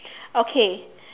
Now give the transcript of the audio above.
okay